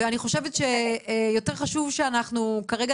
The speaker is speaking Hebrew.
ואני חושבת שיותר חשוב שאנחנו כרגע